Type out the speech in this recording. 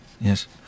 yes